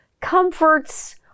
comforts